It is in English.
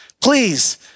Please